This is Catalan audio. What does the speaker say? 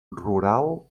rural